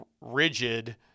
rigid